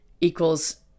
equals